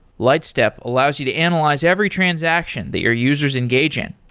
lightstep allows you to analyze every transaction that your users engage in.